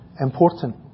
important